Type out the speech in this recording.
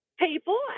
People